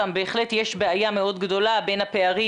בהחלט יש בעיה מאוד גדולה בין הפערים,